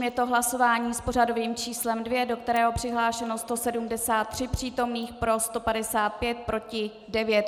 Je to hlasování s pořadovým číslem 2, do kterého je přihlášeno 173 přítomných, pro 155, proti 9.